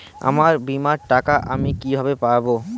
আমার বীমার টাকা আমি কিভাবে পাবো?